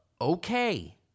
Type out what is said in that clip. okay